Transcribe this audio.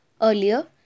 Earlier